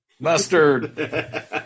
Mustard